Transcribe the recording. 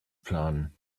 planen